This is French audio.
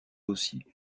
aussi